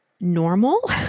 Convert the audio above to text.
normal